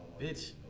bitch